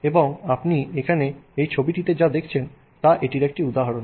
এবং আপনি এখানে এই ছবিটিতে যা দেখছেন তা এটির একটি উদাহরণ